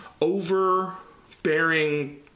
overbearing